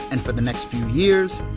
and for the next few years,